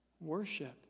worship